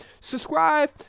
subscribe